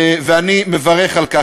ואני מברך על כך.